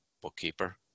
bookkeeper